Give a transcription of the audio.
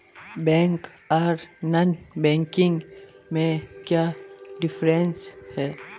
Bank आर non banking में क्याँ डिफरेंस है?